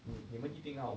你你们一定要